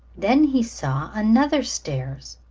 then he saw another stairs,